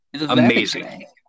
Amazing